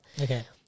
Okay